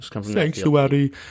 Sanctuary